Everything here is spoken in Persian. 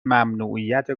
ممنوعیت